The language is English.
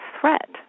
threat